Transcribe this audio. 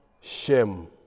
shame